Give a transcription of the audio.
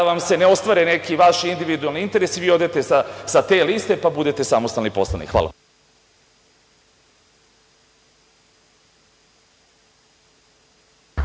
kada vam se ne ostvare neki vaši individualni interesi, vi odete sa te liste pa budete samostalni poslanik. Hvala.